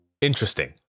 interesting